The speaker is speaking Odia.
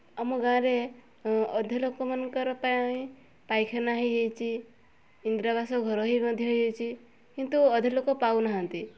ଆମ ଗାଁରେ ଅଧା ଲୋକମାନଙ୍କର ପାଇଁ ପାଇଖାନା ହେଇଯାଇଛି ଇନ୍ଦିରାବାସ ଘର ବି ମଧ୍ୟ ହେଇଯାଇଛି କିନ୍ତୁ ଅଧା ଲୋକ ପାଉନାହାନ୍ତି